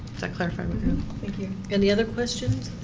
that clarify? katie any other questions